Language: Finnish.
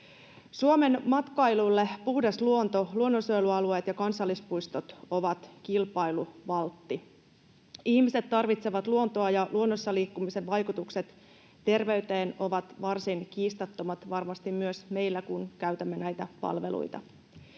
Suomen matkailulle puhdas luonto, luonnonsuojelualueet ja kansallispuistot ovat kilpailuvaltti. Ihmiset tarvitsevat luontoa, ja luonnossa liikkumisen vaikutukset terveyteen ovat varsin kiistattomat — varmasti myös meillä, kun käytämme näitä palveluita.